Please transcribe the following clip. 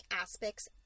aspects